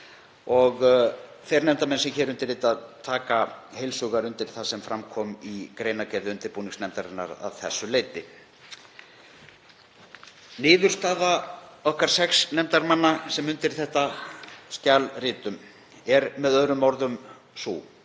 Þeir nefndarmenn sem hér undirrita taka heils hugar undir það sem fram kom í greinargerð undirbúningsnefndarinnar að þessu leyti. Niðurstaða okkar sex nefndarmanna sem undir þetta skjal ritum er með öðrum orðum sú